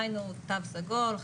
היינו תו סגול,